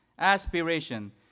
aspiration